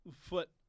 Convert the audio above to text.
foot